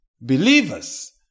believers